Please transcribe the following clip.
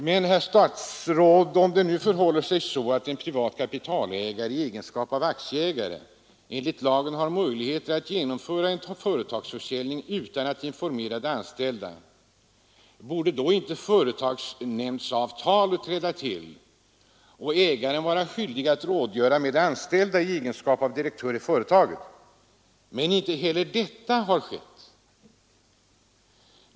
Men, herr statsråd, om det nu förhåller sig så, att en privat kapitalägare i egenskap av aktieägare enligt lagen har möjlighet att genomföra företagsförsäljning utan att informera de anställda, borde då inte företagsnämndsavtalet träda till och ägaren vara skyldig att rådgöra med de anställda i egenskap av direktör i företaget? Inte heller detta har skett.